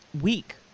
week